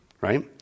Right